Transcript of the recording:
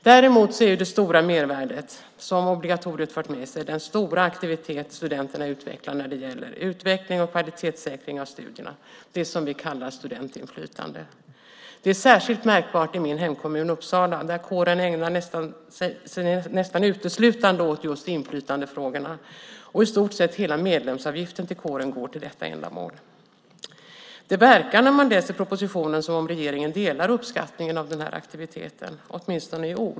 Däremot är det stora mervärdet som obligatoriet fört med sig den stora aktivitet studenterna utvecklar när det gäller utveckling och kvalitetssäkring av studierna, det som vi kallar studentinflytande. Det är särskilt märkbart i min hemkommun Uppsala där kåren ägnar sig nästan uteslutande åt just inflytandefrågorna. I stort sett hela medlemsavgiften till kåren går till detta ändamål. Det verkar när man läser propositionen som om regeringen delar uppskattningen av den aktiviteten.